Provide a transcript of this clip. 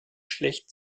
schlecht